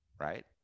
right